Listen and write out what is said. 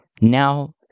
now